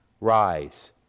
rise